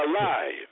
alive